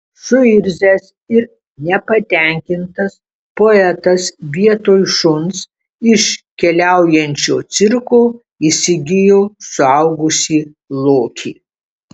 suirzęs ir nepatenkintas poetas vietoj šuns iš keliaujančio cirko įsigijo suaugusį lokį